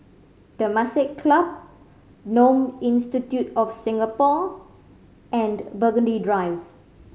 Temasek Club Genome Institute of Singapore and Burgundy Drive